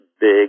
big